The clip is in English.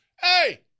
hey